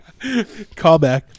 callback